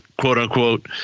quote-unquote